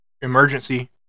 emergency